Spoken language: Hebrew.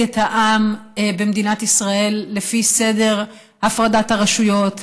את העם במדינת ישראל לפי סדר הפרדת הרשויות,